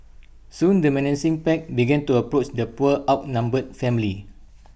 soon the menacing pack began to approach the poor outnumbered family